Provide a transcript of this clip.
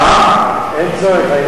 אין צורך.